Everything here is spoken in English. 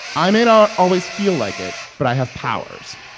i may not always feel like it, but i have powers.